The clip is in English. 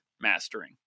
mastering